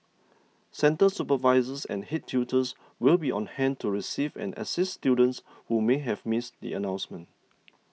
centre supervisors and head tutors will be on hand to receive and assist students who may have missed the announcement